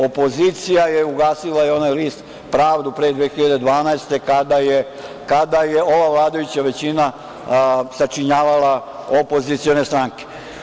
Opozicija je ugasila i onaj list „Pravdu“ pre 2012. godine, kada je ova vladajuća većina sačinjavala opozicione stranke.